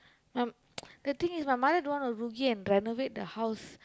my the thing is my mother don't want to rugi and renovate the house